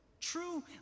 true